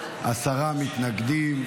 עשרה מתנגדים,